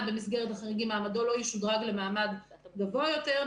במסגרת החריגים מעמדו לא ישודרג למעמד גבוה יותר.